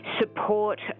support